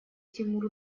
тимур